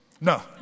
no